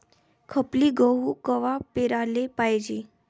खपली गहू कवा पेराले पायजे?